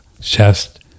Chest